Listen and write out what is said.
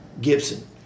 Gibson